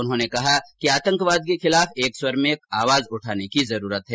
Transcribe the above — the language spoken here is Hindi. उन्होंने कहा कि आंतकवाद के खिलाफ एक स्वर में आवाज उठाने की जरूरत है